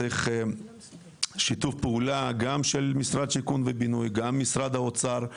צריך כאן שיתוף פעולה גם של משרד הבינוי והשיכון ומשרד האוצר,